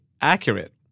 accurate